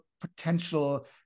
potential